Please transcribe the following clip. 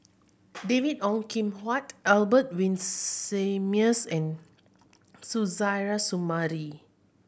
David Ong Kim Huat Albert Winsemius and Suzairhe Sumari